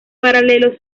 paralelos